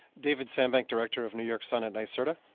david san bank director of new york sun at ni serta.